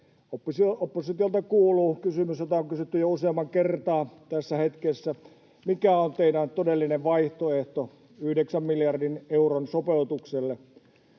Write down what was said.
Oppositiolta kuuluu kysymys, jota on kysytty jo useamman kertaa tässä hetkessä. Mikä on teidän todellinen vaihtoehtonne 9 miljardin euron sopeutukselle?